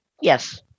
Yes